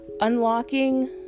Unlocking